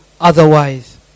otherwise